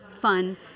fun